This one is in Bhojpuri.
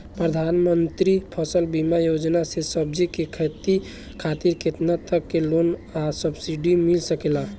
प्रधानमंत्री फसल बीमा योजना से सब्जी के खेती खातिर केतना तक के लोन आ सब्सिडी मिल सकेला?